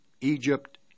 Egypt